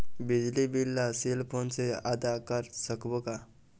बिजली बिल ला cell phone से आदा कर सकबो का?